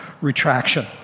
retraction